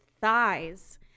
thighs